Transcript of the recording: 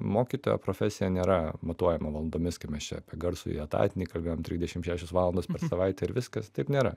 mokytojo profesija nėra matuojama valandomis kaip mes čia apie garsųjį etatinį kalbėjom trisdešimt šešios valandos per savaitę ir viskas taip nėra